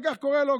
וכך הוא קורא לו